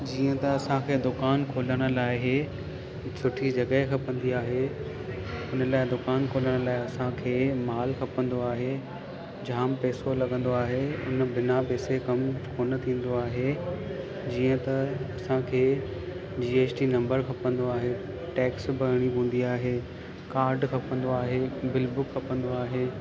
जीअं त असांखे दुकानु खोलण लाइ इहा सुठी जॻहि खपंदी आहे हुन लाइ दुकानु खोलण लाइ असांखे माल खपंदो आहे जाम पैसो लॻंदो आहे हुन बिना पैसे कमु कोन थींदो आहे जीअं त असांखे जी एस टी नंबर खपंदो आहे टैक्स भरिणी पवंदी आहे काड खपंदो आहे बिल बुक खपंदो आहे